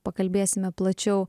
pakalbėsime plačiau